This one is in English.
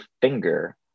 finger